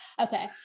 okay